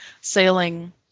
sailing